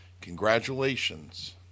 Congratulations